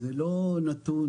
זה נתון